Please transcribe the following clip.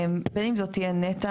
בין אם זו תהיה נת"ע,